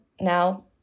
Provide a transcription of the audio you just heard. now